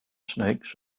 snakes